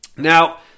Now